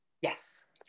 Yes